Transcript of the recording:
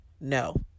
No